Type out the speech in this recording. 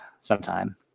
sometime